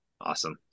awesome